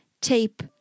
tape